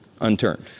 unturned